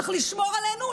צריך לשמור עלינו.